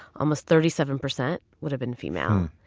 almost thirty seven percent would have been female,